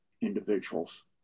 individuals